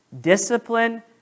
Discipline